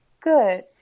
Good